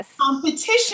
competition